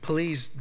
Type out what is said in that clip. Please